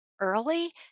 early